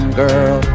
girl